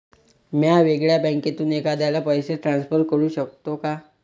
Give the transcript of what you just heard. म्या वेगळ्या बँकेतून एखाद्याला पैसे ट्रान्सफर करू शकतो का?